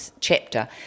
chapter